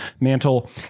mantle